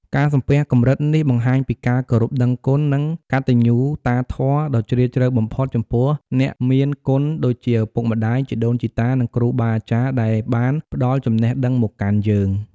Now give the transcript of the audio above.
ការសំពះកម្រិតនេះបង្ហាញពីការគោរពដឹងគុណ និងកតញ្ញូតាធម៌ដ៏ជ្រាលជ្រៅបំផុតចំពោះអ្នកមានគុណដូចជាឪពុកម្តាយ ជីដូនជីតា និងគ្រូបាអាចារ្យដែលបានផ្តល់ចំណេះដឹងមកកាន់យើង។